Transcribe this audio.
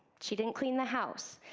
she didn't clean the house,